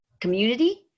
community